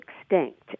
extinct